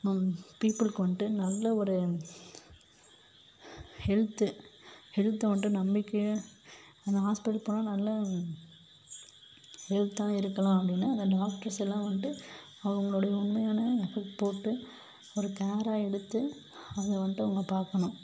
பீப்புளுக்கு வந்துட்டு நல்ல ஒரு ஹெல்த்து ஹெல்த்தை மட்டும் நம்பிக்கையை அந்த ஹாஸ்பிட்டல் போனால் நல்லா ஹெல்த்தாக இருக்கலாம் அப்படின்னு அந்த டாக்டர்ஸ் எல்லாம் வந்துட்டு அவங்களோடய உண்மையான ரிப்போர்ட்டு ஒரு கேராக எடுத்து அதை வந்துட்டு அவங்க பார்க்கணும்